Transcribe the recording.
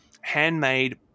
handmade